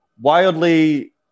wildly